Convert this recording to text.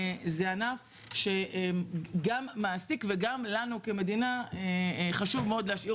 זה ענף שגם מעסיק וגם לנו כמדינה חשוב מאוד להשאיר